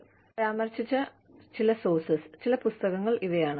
ഞാൻ പരാമർശിച്ച ചില സോർസസ് ചില പുസ്തകങ്ങൾ ഇവയാണ്